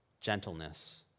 gentleness